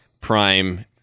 Prime